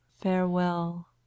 Farewell